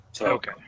Okay